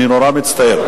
אני נורא מצטער.